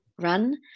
run